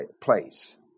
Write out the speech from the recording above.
place